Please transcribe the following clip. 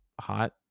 hot